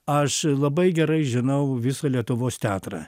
aš labai gerai žinau visą lietuvos teatrą